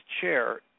chair